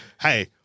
Hey